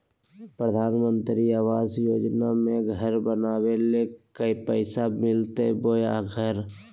प्रधानमंत्री आवास योजना में घर बनावे ले पैसा मिलते बोया घर?